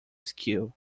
skill